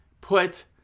put